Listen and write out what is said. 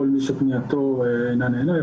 כל מי שפנייתו לא נענתה,